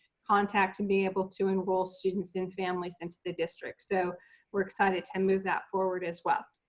contact to be able to enroll students and families into the district. so we're excited to move that forward as well.